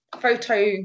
photo